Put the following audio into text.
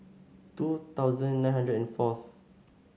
two thousand nine hundred and fourth